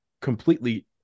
completely